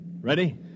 Ready